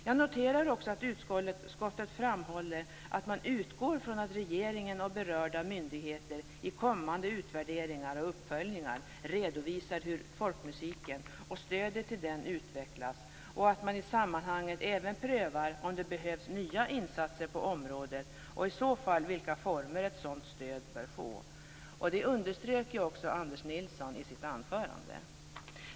Jag noterar också att utskottet framhåller att man utgår från att regeringen och berörda myndigheter i kommande utvärderingar och uppföljningar redovisar hur folkmusiken och stödet till den utvecklas och att man i sammanhanget även prövar om det behövs nya insatser på området och i så fall vilka former ett sådant stöd bör få. Det underströk också Anders Nilsson i sitt anförande.